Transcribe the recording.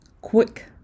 quick